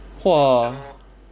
!whoa!